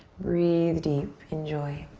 breathe deep. enjoy.